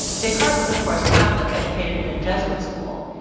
descartes was of course catholic, educated in a jesuit school.